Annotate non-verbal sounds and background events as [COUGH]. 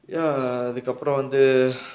ya அதுக்கு அப்புறம் வந்து:athukku appuram vanthu [BREATH]